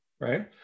right